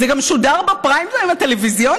זה גם שודר בפריים טיים הטלוויזיוני,